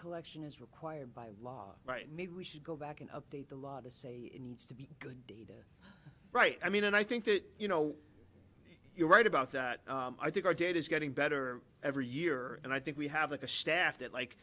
collection is required by law right maybe we should go back and update the law to say it needs to be good data right i mean and i think that you know you're right about that i think our data is getting better every year and i think we have a staff that like